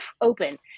open